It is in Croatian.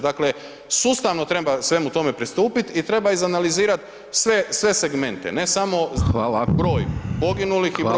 Dakle, sustavno treba svemu tome pristupiti i treba izanalizirati sve segmente, ne samo [[Upadica: Hvala.]] broj poginulih i broj kazni.